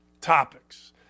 topics